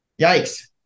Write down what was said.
Yikes